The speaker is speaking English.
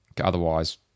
Otherwise